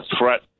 threat